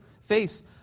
face